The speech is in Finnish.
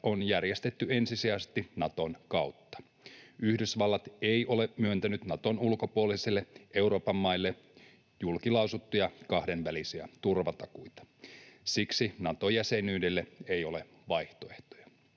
on järjestetty ensisijaisesti Naton kautta. Yhdysvallat ei ole myöntänyt Naton ulkopuolisille Euroopan maille julkilausuttuja kahdenvälisiä turvatakuita. Siksi Nato-jäsenyydelle ei ole vaihtoehtoja.